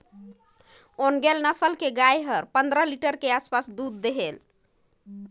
ओन्गेले नसल के गाय हर पंद्रह लीटर के आसपास दूद देथे